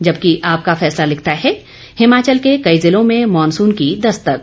जबकि आपका फैसला लिखता है हिमाचल के कई जिलों में मानसून की दस्तक